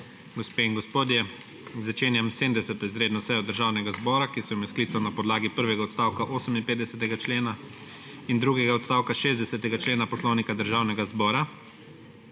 gospe in gospodje! Začenjam 70. izredno sejo Državnega zbora, ki sem jo sklical na podlagi prvega odstavka 58. člena in drugega odstavka 60. člena Poslovnika Državnega zbora.